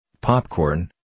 Popcorn